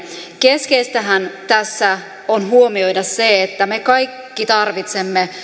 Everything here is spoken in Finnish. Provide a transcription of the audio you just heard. keskeistähän tässä on huomioida se että me kaikki tarvitsemme